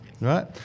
right